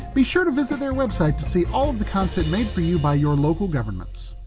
be sure to visit their website to see all the content made for you by your local governments.